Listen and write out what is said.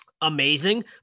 amazing